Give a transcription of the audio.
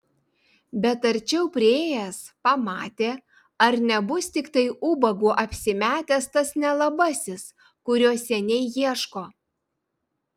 bet arčiau priėjęs pamatė ar nebus tiktai ubagu apsimetęs tas nelabasis kurio seniai ieško